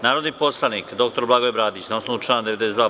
Narodni poslanik dr Blagoje Bradić, na osnovu člana 92.